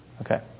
Okay